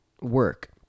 work